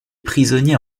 prisonniers